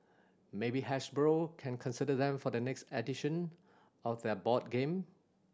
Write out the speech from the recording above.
maybe Hasbro can consider them for their next edition of their board game